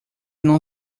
não